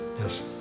Yes